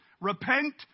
repent